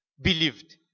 believed